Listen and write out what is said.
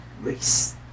race